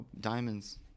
diamonds